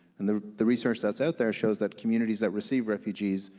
and the the research that's out there shows that communities that receive refugees